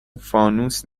فانوس